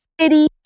city